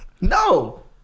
No